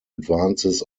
advances